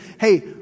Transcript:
hey